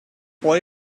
what